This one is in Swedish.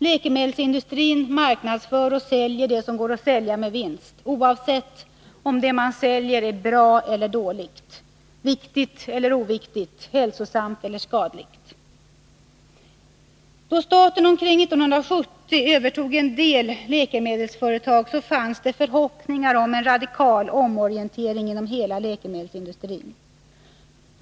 Läkemedelsindustrin marknadsför och säljer det som går att sälja med vinst, oavsett om det man säljer är bra eller dåligt, viktigt eller oviktigt, hälsosamt eller skadligt. Då staten omkring 1970 övertog en del läkemedelsföretag fanns förhoppningar om en radikal omorientering inom hela läkemedelsindustrin.